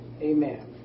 Amen